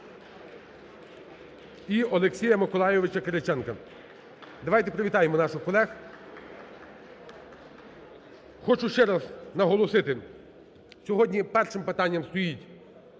і Олексія Миколайовича Кириченка. Давайте привітаємо наших колег. (Оплески) Хочу ще раз наголосити, сьогодні першим питанням стоїть